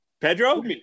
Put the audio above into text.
Pedro